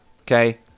okay